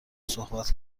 صحبت